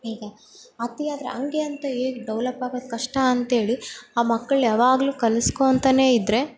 ಈಗ ಅತಿ ಆದರೆ ಹಂಗೆ ಅಂತ ಹೇಗೆ ಡವಲಪ್ ಆಗೋದು ಕಷ್ಟ ಅಂಥೇಳಿ ಆ ಮಕ್ಳನ್ನ ಯಾವಾಗಲೂ ಕಲಿಸ್ಕೊಳ್ತಲೇ ಇದ್ರೆ